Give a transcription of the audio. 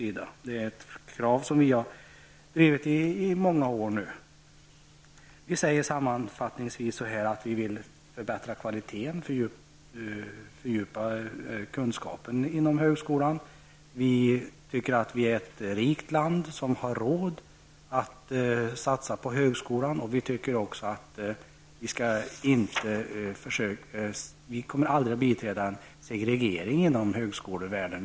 Detta är krav som vi nu har drivit i många år. Vi säger sammanfattningsvis att vi vill förbättra kvaliteten och fördjupa kunskapen inom högskolan. Vi menar att Sverige är ett rikt land som har råd att satsa på högskolan. Vi kommer aldrig att gå med på en segregering inom högskolevärlden.